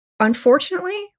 Unfortunately